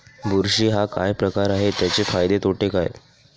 बुरशी हा काय प्रकार आहे, त्याचे फायदे तोटे काय?